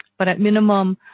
but at minimum,